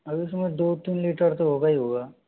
अभी उसमें दो तीन लीटर तो होगा ही होगा